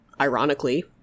ironically